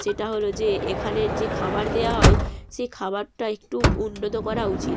সেটা হলো যে এখানের যে খাবার দেওয়া হয় সে খাবারটা একটু উন্নত করা উচিত